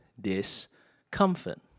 discomfort